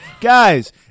Guys